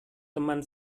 teman